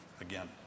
again